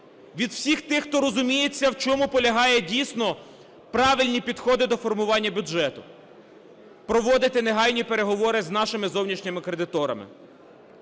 від всіх тих, хто розуміється, в чому полягають дійсно правильні підходи до формування бюджету, проводити негайні переговори з нашими зовнішніми кредиторами,